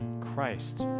Christ